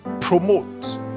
Promote